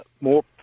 more